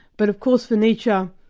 but of course for nietzsche,